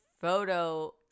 photo